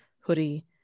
hoodie